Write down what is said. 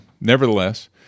Nevertheless